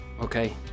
Okay